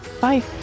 Bye